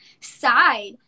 side